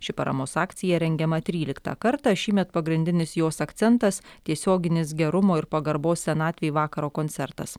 ši paramos akcija rengiama tryliktą kartą šįmet pagrindinis jos akcentas tiesioginis gerumo ir pagarbos senatvei vakaro koncertas